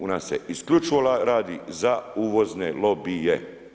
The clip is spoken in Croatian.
U nas se isključivo radi za uvozne lobije.